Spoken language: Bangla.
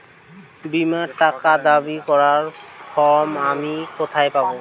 বীমার টাকা দাবি করার ফর্ম আমি কোথায় পাব?